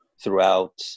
throughout